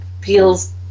feels